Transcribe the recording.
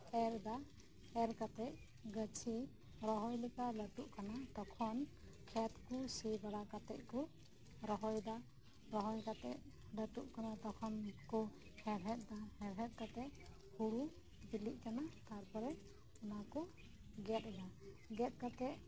ᱮᱨᱫᱟ ᱮᱨᱠᱟᱛᱮᱜ ᱜᱟᱹᱪᱷᱤ ᱨᱚᱦᱚᱭᱞᱮᱠᱟ ᱞᱟᱹᱴᱩᱜ ᱠᱟᱱᱟ ᱛᱚᱠᱷᱚᱱ ᱠᱷᱮᱛᱠᱩ ᱥᱤ ᱵᱟᱲᱟ ᱠᱟᱛᱮᱜᱠᱩ ᱨᱚᱦᱚᱭᱮᱫᱟ ᱨᱚᱦᱚᱭ ᱠᱟᱛᱮᱜ ᱞᱟᱹᱴᱩᱜ ᱠᱟᱱᱟ ᱛᱚᱠᱷᱚᱱᱠᱩᱦᱮᱲᱦᱮᱫ ᱫᱟ ᱦᱮᱲᱦᱮᱫ ᱠᱟᱛᱮᱜ ᱦᱩᱲᱩ ᱵᱤᱞᱤᱜ ᱠᱟᱱᱟ ᱛᱟᱨᱯᱚᱨᱮ ᱚᱱᱟᱠᱩ ᱜᱮᱫ ᱮᱫᱟ ᱜᱮᱫ ᱠᱟᱛᱮᱜ